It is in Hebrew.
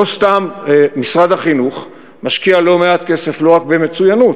לא סתם משרד החינוך משקיע לא מעט כסף לא רק במצוינות